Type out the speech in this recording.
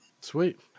Sweet